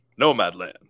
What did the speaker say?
Nomadland